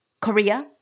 Korea